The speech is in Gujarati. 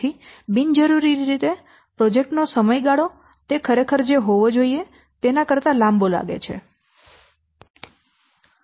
તેથી બિનજરૂરી રીતે પ્રોજેક્ટ નો સમયગાળો તે ખરેખર જે હોવો જોઈએ તેના કરતા લાંબો લાગે છે